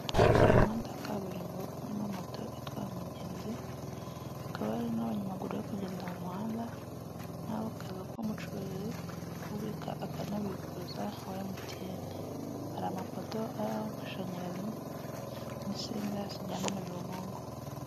Umuhanda wa kaburimbo urimo moto itwaye umugenzi, hakaba hari n'abanyamaguru bari kugenda mu muhanda, nabo ku kazu k'umucuruzi ubika akanabikoza wa MTN, hari amapoto ariho amashanyarazi n'insinga zijyana umuriro mungo.